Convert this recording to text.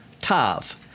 Tav